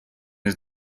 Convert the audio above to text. his